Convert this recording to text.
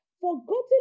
Forgotten